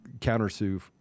counter-sue